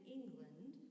England